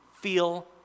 feel